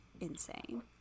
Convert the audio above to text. insane